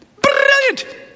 Brilliant